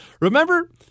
remember